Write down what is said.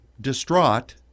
distraught